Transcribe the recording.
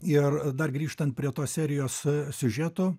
ir dar grįžtant prie tos serijos siužeto